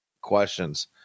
questions